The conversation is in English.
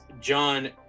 John